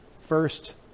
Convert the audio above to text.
First